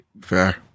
fair